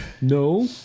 No